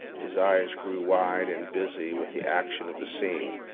his eyes grew wide and busy with the action of the scene.